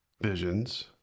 Visions